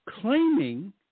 claiming